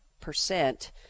percent